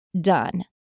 done